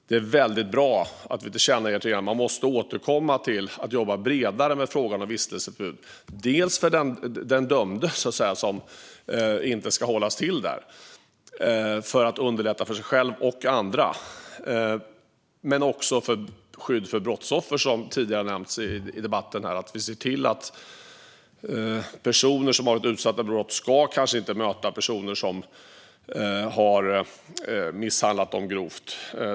Det är väldigt bra att vi tillkännager för regeringen att den måste återkomma och jobba bredare med frågan om vistelseförbud. Det är bra för den dömde, som för att underlätta för sig själv och andra inte ska hålla till där. Men det är också ett bra skydd för brottsoffer, som nämnts tidigare i debatten. Vi ser till att personer som varit utsatta för brott inte behöver möta personer som kanske misshandlat dem grovt.